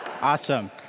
Awesome